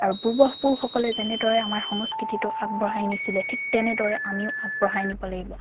আৰু পূৰ্বপুৰুষসকলে যেনেদৰে আমাৰ সংস্কৃতিটো আগবঢ়াই নিছিলে ঠিক তেনেদৰে আমিও আগবঢ়াই নিব লাগিব